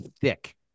thick